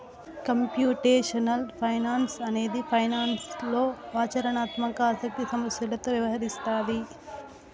computational finance అనేది ఫైనాన్స్లో ఆచరణాత్మక ఆసక్తి సమస్యలతో వ్యవహరిస్తాది